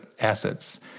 assets